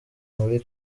muri